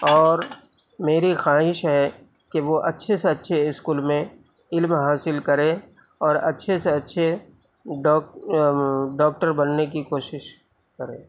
اور میری خواہش ہے کہ وہ اچھے سے اچھے اسکول میں علم حاصل کرے اور اچھے سے اچھے ڈاؤ ڈاکٹر بننے کی کوشش کرے